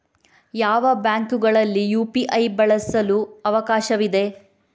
ಯಾವ ಬ್ಯಾಂಕುಗಳಲ್ಲಿ ಯು.ಪಿ.ಐ ಬಳಸಲು ಅವಕಾಶವಿದೆ?